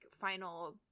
final